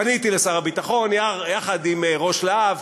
פניתי לשר הביטחון יחד עם ראש להב,